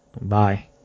Bye